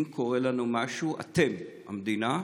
אם קורה לנו משהו אתם, המדינה,